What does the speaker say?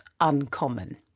uncommon